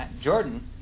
Jordan